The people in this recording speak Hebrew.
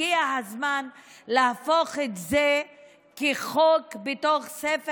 הגיע הזמן להפוך את זה לחוק בתוך ספר